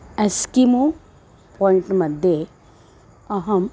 Eskimo Point मध्ये अहं